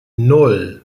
nan